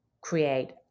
create